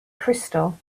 crystal